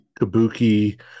Kabuki